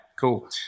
cool